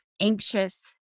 anxious